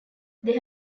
they